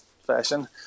fashion